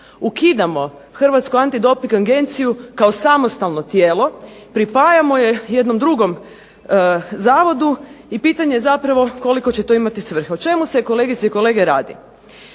ukidamo Hrvatsku antidoping agenciju kao samostalno tijelo, pripajamo je jednom drugom zavodu i pitanje je zapravo koliko će to imati svrhe. O čemu se kolegice i kolege radi?